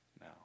now